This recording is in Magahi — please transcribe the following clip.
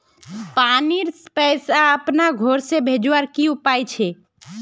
पानीर पैसा अपना घोर से भेजवार की उपाय छे?